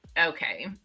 okay